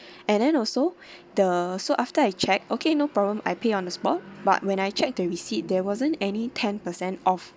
and then also the so after I checked okay no problem I pay on the spot but when I check the receipt there wasn't any ten percent off